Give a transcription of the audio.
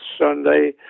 Sunday